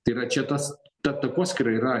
tai yra čia tas ta takoskyra yra